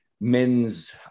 men's